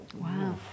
wow